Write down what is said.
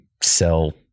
sell